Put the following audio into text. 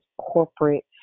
corporate